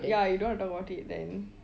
ya you don't want to talk about it then